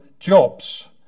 Jobs